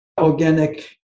organic